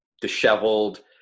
disheveled